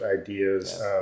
ideas